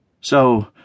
So